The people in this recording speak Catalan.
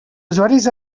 usuaris